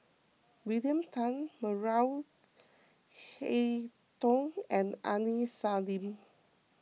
William Tan Maria Hertogh and Aini Salim